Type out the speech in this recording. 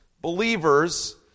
believers